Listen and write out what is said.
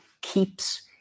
keeps